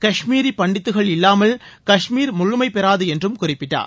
காஷ்மீரி பண்டித்துகள் இல்லாமல் காஷ்மீர் முழுமை பெறாது என்றும் குறிப்பிட்டார்